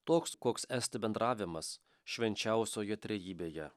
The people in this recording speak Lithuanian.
toks koks esti bendravimas švenčiausioje trejybėje